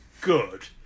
good